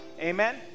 Amen